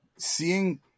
seeing